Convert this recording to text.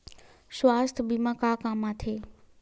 सुवास्थ बीमा का काम आ थे?